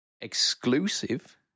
Exclusive